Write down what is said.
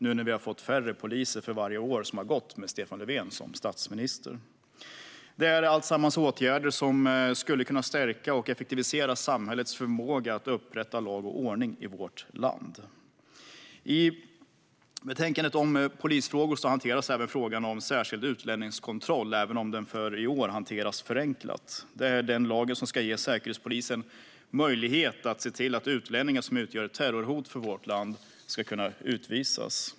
Vi har ju fått färre poliser för varje år som har gått med Stefan Löfven som statsminister. Allt sammantaget är det åtgärder som skulle kunna stärka och effektivisera samhällets förmåga att upprätta lag och ordning i vårt land. I betänkandet om polisfrågor hanteras också frågan om särskild utlänningskontroll, även om den för i år hanteras förenklat. Det är den lag som ger Säkerhetspolisen möjlighet att se till att utlänningar som utgör ett terrorhot för vårt land kan utvisas.